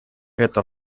это